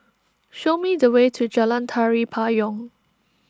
show me the way to Jalan Tari Payong